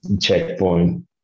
checkpoint